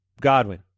Godwin